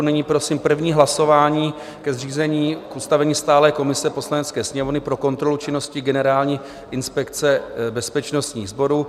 Nyní prosím první hlasování ke zřízení ustavení stálé komise Poslanecké sněmovny pro kontrolu činnosti Generální inspekce bezpečnostních sborů.